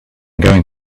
going